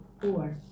Four